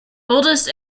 oldest